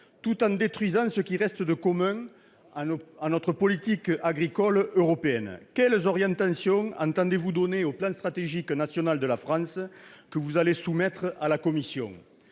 tout en détruisant ce qui reste de commun à notre politique agricole européenne. Quelles orientations entendez-vous donner au plan stratégique national de la France que vous allez soumettre à la Commission ?